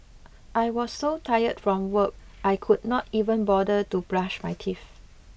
I was so tired from work I could not even bother to brush my teeth